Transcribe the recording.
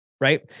right